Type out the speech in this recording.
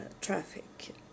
traffic